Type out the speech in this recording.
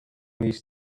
these